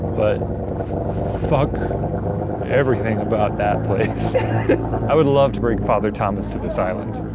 but fuck everything about that place. i would love to bring father thomas to this island.